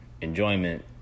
enjoyment